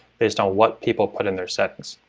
based on what people put in their settings.